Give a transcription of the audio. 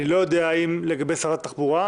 אני לא יודע לגבי שרת התחבורה,